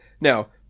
now